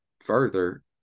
further